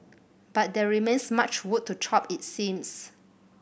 but there remains much wood to chop it seems